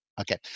Okay